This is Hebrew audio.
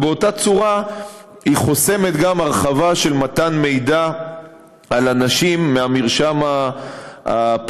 באותה צורה נחסמת גם הרחבה של מתן מידע על אנשים מהמרשם הפלילי.